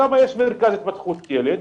שם יש מרכז התפתחות ילד,